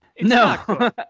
No